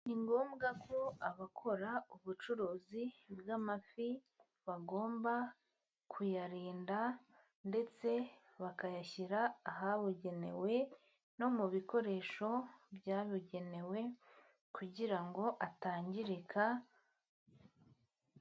Ni ngombwa ko abakora ubucuruzi bw' amafi bagomba kuyarinda, ndetse bakayashyira ahabugenewe no mu bikoresho byabugenewe, kugira ngo atangirika.